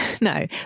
No